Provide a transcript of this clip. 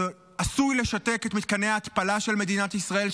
זה עשוי לשתק את מתקני ההתפלה של מדינת ישראל,